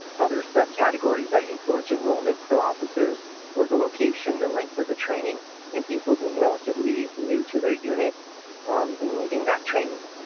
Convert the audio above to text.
other subcategories that influence enrollment for officers was the location, the length of the training and people being relatively new to their unit um and needing that training.